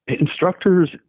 instructors